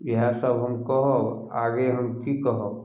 इएहे सभ हम कहब आगे हम की कहब